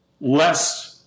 less